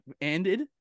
ended